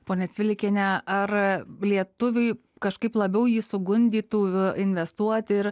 ponia cvilikiene ar lietuviai kažkaip labiau jį sugundytų investuot ir